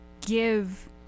give